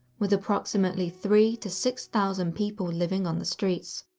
with approximately three to six thousand people living on the streets.